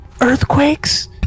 earthquakes